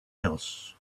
else